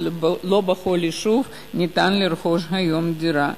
ולא בכל יישוב ניתן לרכוש היום דירה.